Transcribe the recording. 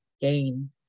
gain